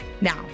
Now